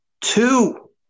Two